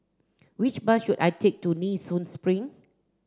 which bus should I take to Nee Soon Spring